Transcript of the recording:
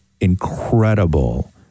incredible